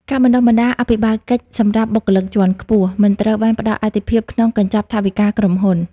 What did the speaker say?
ការបណ្ដុះបណ្ដាលអភិបាលកិច្ចសម្រាប់បុគ្គលិកជាន់ខ្ពស់ មិនត្រូវបានផ្ដល់អាទិភាពក្នុងកញ្ចប់ថវិកាក្រុមហ៊ុន។